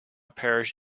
parish